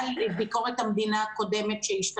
ב-2016.